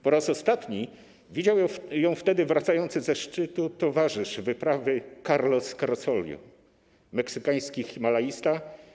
Po raz ostatni widział ją wtedy wracający ze szczytu towarzysz wyprawy Carlos Carsolio, meksykański himalaista.